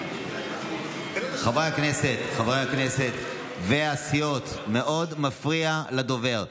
חברי הכנסת והסיעות, זה מאוד מפריע לדובר.